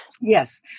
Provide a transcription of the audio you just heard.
Yes